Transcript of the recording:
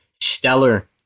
stellar